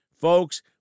Folks